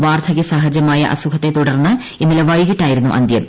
വാർദ്ധക്യ സഹജമായ അസുഖത്തെ തുടർന്ന് ഇന്നലെ വൈകിട്ടായിരുന്നു അന്ത്യം